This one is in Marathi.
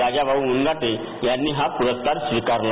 राजाभाऊ मुनघाटे यांनी हा पुरस्कार स्वीकारला